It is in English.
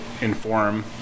inform